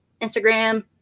Instagram